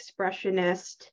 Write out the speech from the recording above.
expressionist